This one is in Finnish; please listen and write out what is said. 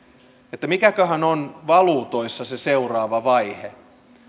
että mikäköhän on valuutoissa se seuraava vaihe